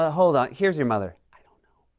ah hold on. here's your mother. i don't know.